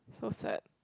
so sad